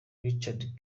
richard